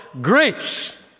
grace